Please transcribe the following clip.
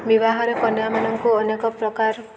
ବିବାହରେ କନ୍ୟାମାନଙ୍କୁ ଅନେକ ପ୍ରକାର